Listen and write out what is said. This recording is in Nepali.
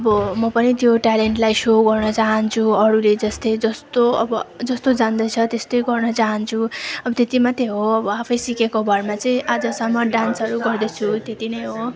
अब म पनि त्यो ट्यालेन्टलाई सो गर्न चाहन्छु अरूले जस्तै जस्तो अब जस्तो जान्दछ त्यस्तै गर्न चाहन्छु अब त्यति मात्रै हो आफै सिकेको भरमा चाहिँ आजसम्म डान्सहरू गर्दैछु त्यति नै हो